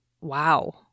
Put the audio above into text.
wow